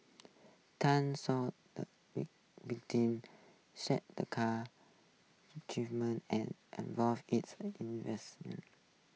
Tan saw the victim shake the car and its